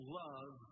love